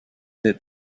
that